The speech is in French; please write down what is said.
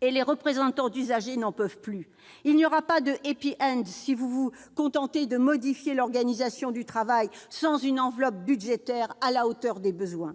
et les représentants d'usagers n'en peuvent plus. Il n'y aura pas de si vous vous contentez de modifier l'organisation du travail sans une enveloppe budgétaire à la hauteur des besoins !